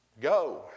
go